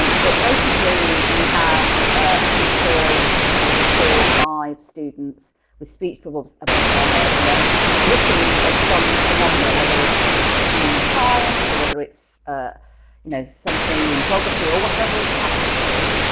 but basically you have a picture of maybe four, five students with speech bubbles above their head and then looking at some phenomena whether it's something in science. or so whether it's ah you know something in geography or whatever it happens to be.